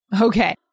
Okay